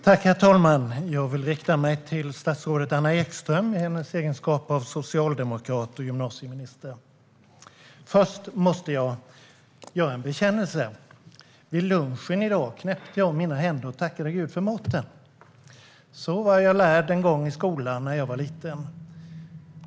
Herr talman! Jag vill rikta mig till statsrådet Anna Ekström i hennes egenskap av socialdemokrat och gymnasieminister. Först måste jag göra en bekännelse. Vid lunchen i dag knäppte jag mina händer och tackade Gud för maten. Så var jag lärd en gång i skolan, när jag var liten.